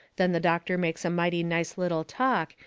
then the doctor makes a mighty nice little talk,